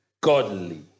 godly